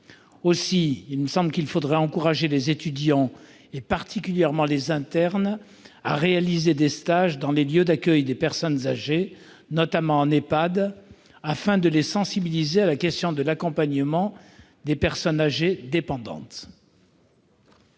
dans ce secteur. Aussi faudrait-il encourager les étudiants, et particulièrement les internes, à réaliser des stages dans des lieux d'accueil de personnes âgées, notamment en Ehpad, afin de les sensibiliser à la question de l'accompagnement des personnes âgées dépendantes.